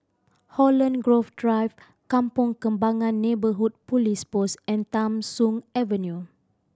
Holland Grove Drive Kampong Kembangan Neighbourhood Police Post and Tham Soong Avenue